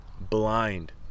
blind